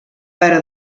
però